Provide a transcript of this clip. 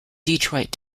detroit